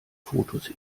fotos